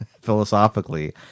philosophically